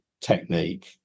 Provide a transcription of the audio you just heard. technique